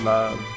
Love